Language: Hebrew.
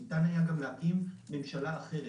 ניתן היה גם להקים ממשלה אחרת.